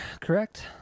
correct